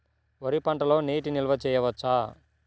వరి పంటలో నీటి నిల్వ చేయవచ్చా?